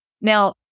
now